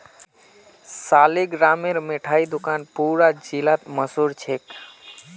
सालिगरामेर मिठाई दुकान पूरा जिलात मशहूर छेक